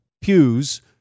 pews